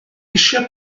eisiau